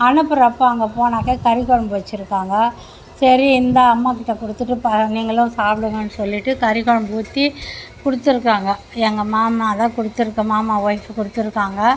அனுப்புறப்போ அங்கே போனாக்கா கறிக் குழம்பு வச்சுருக்காங்க சரி இந்தா அம்மா கிட்ட கொடுத்துட்டு பா நீங்களும் சாப்பிடுங்கன்னு சொல்லிட்டு கறிக் குழம்பு ஊற்றி கொடுத்துருக்காங்க எங்கள் மாமா தான் கொடுத்துருக்கு மாமா வைஃப்பு கொடுத்துருக்காங்க